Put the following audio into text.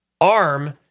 arm